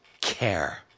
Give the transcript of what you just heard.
care